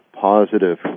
positive